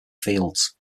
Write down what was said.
fields